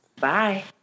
Bye